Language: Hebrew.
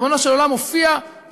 ריבונו של עולם הופיע במציאות,